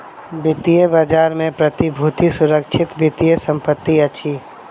वित्तीय बजार में प्रतिभूति सुरक्षित वित्तीय संपत्ति अछि